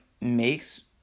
makes